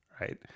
right